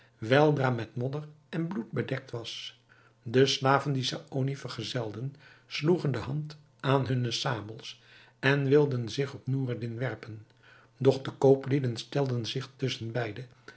weldra met modder en bloed bedekt was de slaven die saony vergezelden sloegen de hand aan hunne sabels en wilden zich op noureddin werpen doch de kooplieden stelden zich